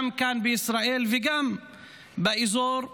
גם כאן בישראל וגם באזור ובעולם,